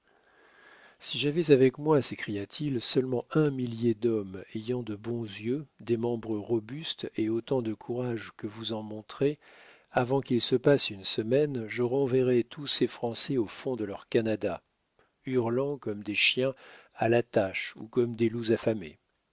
si j'avais avec moi s'écria-t-il seulement un millier d'hommes ayant de bons yeux des membres robustes et autant de courage que vous en montrez avant qu'il se passe une semaine je renverrais tous ces français au fond de leur canada hurlant comme des chiens à l'attache ou comme des loups affamés